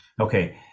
Okay